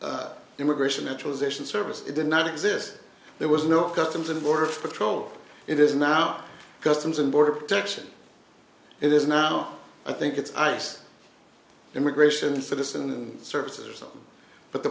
no immigration naturalization service it did not exist there was no customs and border patrol it is now customs and border protection it is not on i think it's ice immigration for this in the service or something but the